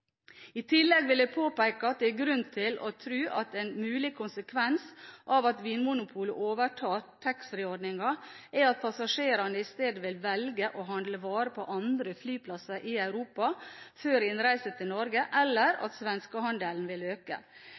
I tillegg vil jeg påpeke at det er grunn til å tro at en mulig konsekvens av at Vinmonopolet overtar taxfree-ordningen, er at passasjerene i stedet vil velge å handle varer på andre flyplasser i Europa før innreise til Norge, eller at svenskehandelen vil øke.